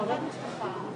הפחדים קיימים שמה,